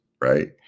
right